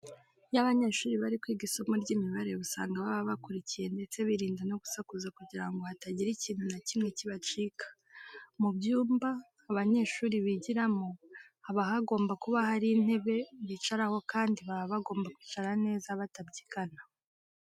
Iyo abanyeshuri bari kwiga isomo ry'imibare usanga baba bakurikiye ndetse birinda no gusakuza kugira ngo hatagira ikintu na kimwe kibacika. Mu byumba abanyeshuri bigiramo haba hagomba kuba hari intebe bicaraho kandi baba bagomba kwicara neza batabyigana.